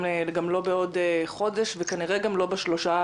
וגם לא בעוד חודש וכנראה גם לא בשלושה